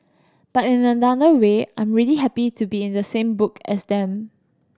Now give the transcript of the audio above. but in another way I'm really happy to be in the same book as them